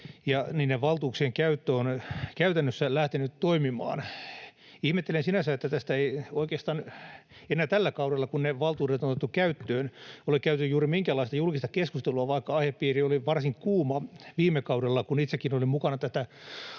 sen valtuuksien käyttö ovat käytännössä lähteneet toimimaan. Ihmettelen sinänsä, että tästä ei oikeastaan enää tällä kaudella, kun ne valtuudet on otettu käyttöön, ole käyty juuri minkäänlaista julkista keskustelua, vaikka aihepiiri oli varsin kuuma viime kaudella, kun itsekin olin mukana tätä